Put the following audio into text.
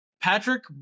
Patrick